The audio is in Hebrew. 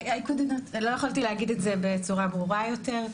לא יכולתי להגיד את זה בצורה ברורה יותר,